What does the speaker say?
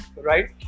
right